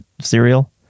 cereal